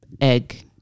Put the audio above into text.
Egg